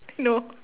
no